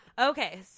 Okay